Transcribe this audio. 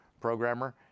programmer